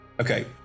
Okay